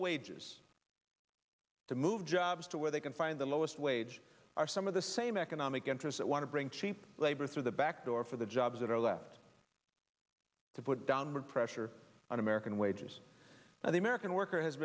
wages to move jobs to where they can find the lowest wage are some of the same economic interest that want to bring cheap labor through the backdoor for the jobs that are left to put downward pressure on american wages and the american worker has